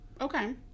Okay